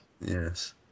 yes